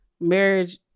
marriage